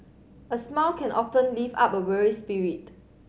a smile can often lift up a weary spirit